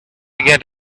get